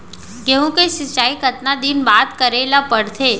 गेहूँ के सिंचाई कतका दिन बाद करे ला पड़थे?